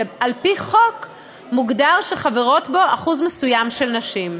שעל-פי חוק מוגדר שחברות בו אחוז מסוים של נשים,